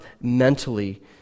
mentally